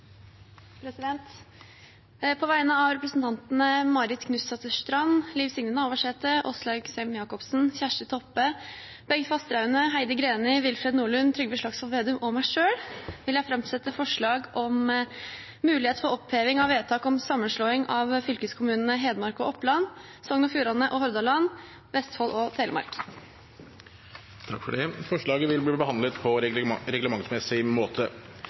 På vegne av representantene Marit Knutsdatter Strand, Åslaug Sem-Jacobsen, Kjersti Toppe, Bengt Fasteraune, Heidi Greni, Willfred Nordlund, Trygve Slagsvold Vedum, Steinar Ness og meg selv vil jeg framsette et forslag om mulighet for oppheving av vedtak om sammenslåing av fylkeskommunene Hedmark og Oppland, Sogn og Fjordane og Hordaland, Vestfold og Telemark. Forslaget vil bli behandlet på reglementsmessig måte.